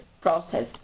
process